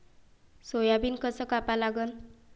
Soybean कस कापा लागन?